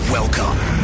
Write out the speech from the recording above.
Welcome